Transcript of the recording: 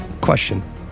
question